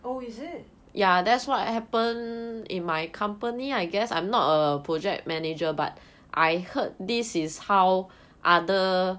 oh is it